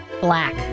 Black